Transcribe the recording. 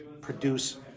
produce